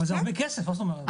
זה הרבה כסף, מה זאת אומרת?